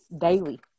daily